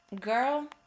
girl